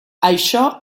això